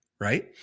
right